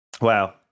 Wow